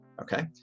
okay